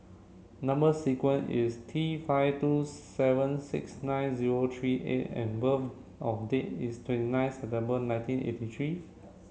number sequence is T five two seven six nine zero three A and birth of date is twenty nine September nineteen eighty three